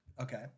Okay